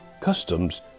customs